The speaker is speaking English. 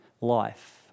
life